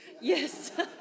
Yes